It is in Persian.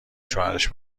شوهرش